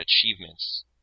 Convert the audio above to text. achievements